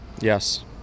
Yes